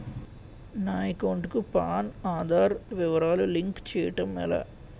నా అకౌంట్ కు పాన్, ఆధార్ వివరాలు లింక్ చేయటం ఎలా?